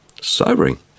Sobering